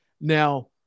Now